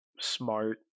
smart